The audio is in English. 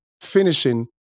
finishing